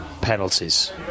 penalties